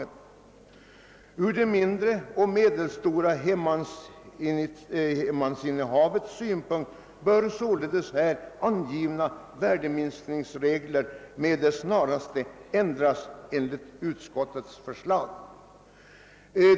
Med beaktande av de mindre och medelstora hemmansinnehavarna bör således här angivna värdeminskningsregler med det snaraste ändras enligt utskottets förslag.